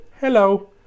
hello